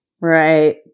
Right